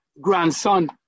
grandson